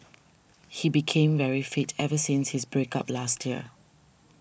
he became very fit ever since his break up last year